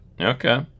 Okay